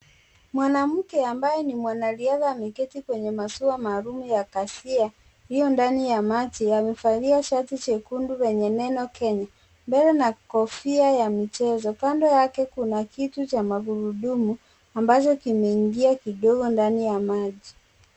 Mwamke ambaye ni mwana riadha ameketi kwenye mashua maalumu ya kasia iliyo ndani ya maji amevalia shati jekundu lenye neno Kenya mbaele na kofia ya michezo kando yake Kuna kiti cha magurudumu ambacho kimeingia kwa maji.